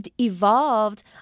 evolved